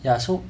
ya so